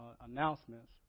announcements